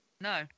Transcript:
No